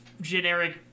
generic